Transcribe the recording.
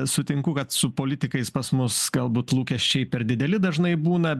sutinku kad su politikais pas mus galbūt lūkesčiai per dideli dažnai būna